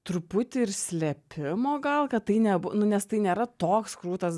truputį ir slėpimo gal kad tai neb nu nes tai nėra toks krūtas